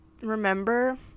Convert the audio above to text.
remember